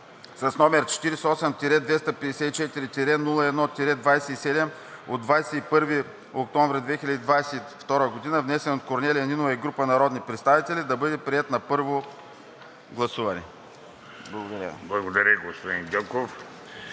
№ 48-254-01-27, от 21 октомври 2022 г., внесен от Корнелия Нинова и група народни представители, да бъде приет на първо гласуване.“ Благодаря.